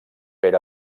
per